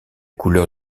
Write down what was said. couleur